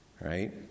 right